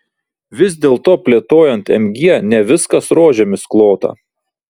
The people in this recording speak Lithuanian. vis dėlto plėtojant mg ne viskas rožėmis klota